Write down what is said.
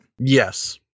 Yes